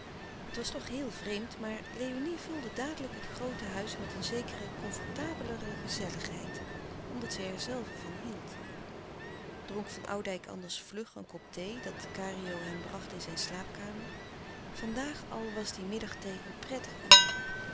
het was toch heel vreemd maar léonie vulde dadelijk het groote huis met een zekere comfortabelere gezelligheid omdat zij er zelve van hield dronk van oudijck anders vlug een kop thee dat kario hem bracht in zijn slaapkamer van daag al was die middagthee een prettig uur